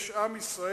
יש עם ישראל,